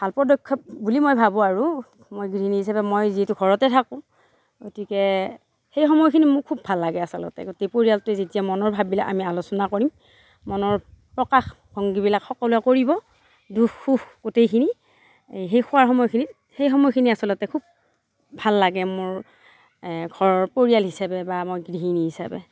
ভাল পদক্ষেপ বুলি মই ভাবো আৰু মই গৃহিণী হিচাপে মই যিহেতু ঘৰতে থাকো গতিকে সেই সময়খিনি মোৰ খুব ভাল লাগে আচলতে গোটেই পৰিয়ালটোয়ে যেতিয়া মনৰ ভাববিলাক আমি আলোচনা কৰিম মনৰ প্ৰকাশভংগীবিলাক সকলোৱে কৰিব দুখ সুখ গোটেইখিনি সেই খোৱাৰ সময়খিনিত সেই সময়খিনি আচলতে খুব ভাল লাগে মোৰ ঘৰৰ পৰিয়াল হিচাপে বা মই গৃহিণী হিচাপে